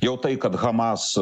jau tai kad hamas